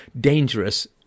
dangerous